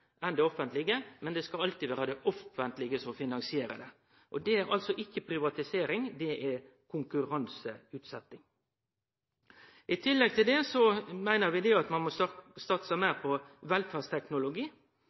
enn det offentlege. Men det skal alltid vere det offentlege som finansierer det. Det er altså ikkje privatisering – det er konkurranseutsetting. I tillegg til det meiner vi at ein må